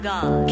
God